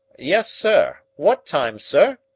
yes, sir. what time, sir?